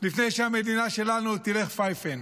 לפני שהמדינה שלנו תלך פייפן.